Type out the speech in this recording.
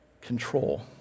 Control